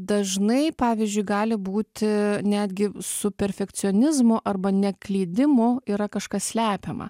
dažnai pavyzdžiui gali būti netgi su perfekcionizmu arba neklydimu yra kažkas slepiama